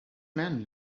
man